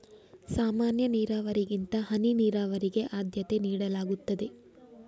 ಸಾಮಾನ್ಯ ನೀರಾವರಿಗಿಂತ ಹನಿ ನೀರಾವರಿಗೆ ಆದ್ಯತೆ ನೀಡಲಾಗುತ್ತದೆ